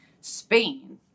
Spain